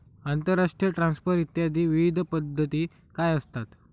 आंतरराष्ट्रीय ट्रान्सफर इत्यादी विविध पद्धती काय असतात?